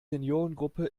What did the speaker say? seniorengruppe